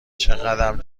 چقدم